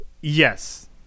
Yes